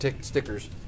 stickers